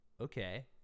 okay